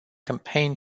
campaign